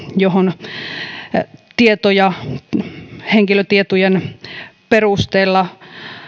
johon tietoja henkilötietojen perusteella